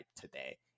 today